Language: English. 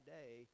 day